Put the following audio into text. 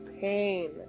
pain